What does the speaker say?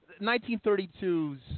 1932s